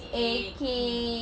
is aching